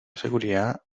seguridad